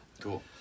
Cool